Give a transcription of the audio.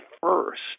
first